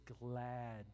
glad